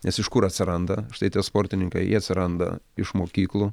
nes iš kur atsiranda štai tie sportininkai jie atsiranda iš mokyklų